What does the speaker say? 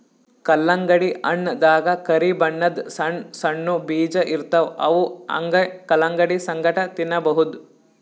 ಕಲ್ಲಂಗಡಿ ಹಣ್ಣ್ ದಾಗಾ ಕರಿ ಬಣ್ಣದ್ ಸಣ್ಣ್ ಸಣ್ಣು ಬೀಜ ಇರ್ತವ್ ಅವ್ ಹಂಗೆ ಕಲಂಗಡಿ ಸಂಗಟ ತಿನ್ನಬಹುದ್